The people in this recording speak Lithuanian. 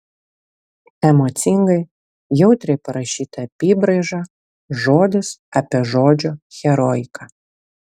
emocingai jautriai parašyta apybraiža žodis apie žodžio heroiką